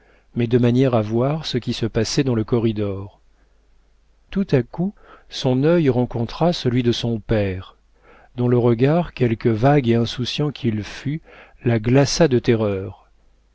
mais de manière à voir ce qui se passait dans le corridor tout à coup son œil rencontra celui de son père dont le regard quelque vague et insouciant qu'il fût la glaça de terreur